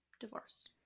Divorce